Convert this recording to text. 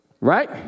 right